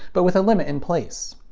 but with a limit in place.